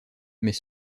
mais